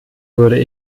würde